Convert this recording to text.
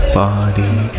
body